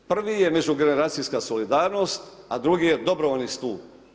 Prvi je međugeneracijska solidarnost, a drugi je dobrovoljni stup.